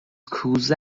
کوزه